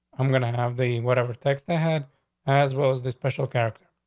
i'm gonna have the whatever text ahead as well as the special character.